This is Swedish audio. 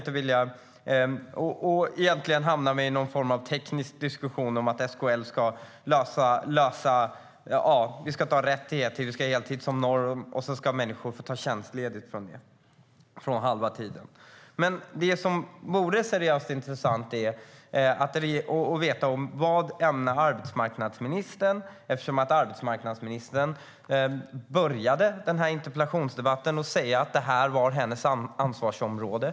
Egentligen hamnar vi i någon form av teknisk diskussion om att SKL ska lösa det. Vi ska inte ha rätt till heltid. Vi ska ha heltid som norm. Sedan ska människor få ta tjänstledigt. Men det vore seriöst intressant att veta vad arbetsmarknadsministern ämnar göra. Arbetsmarknadsministern började den här interpellationsdebatten med att säga att det här var hennes ansvarsområde.